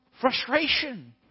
frustration